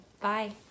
Bye